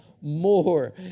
more